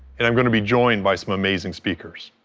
and i'm going to be joined by some amazing speakers.